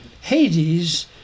Hades